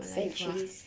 centuries